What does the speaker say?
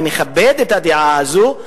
אני מכבד את הדעה הזאת,